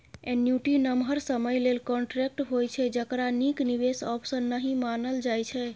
annuity नमहर समय लेल कांट्रेक्ट होइ छै जकरा नीक निबेश आप्शन नहि मानल जाइ छै